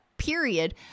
period